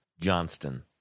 Johnston